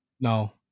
No